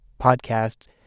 podcasts